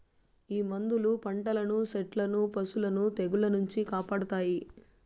ఈ మందులు పంటలను సెట్లను పశులను తెగుళ్ల నుంచి కాపాడతాయి